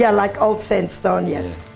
yeah like old sandstone, yes.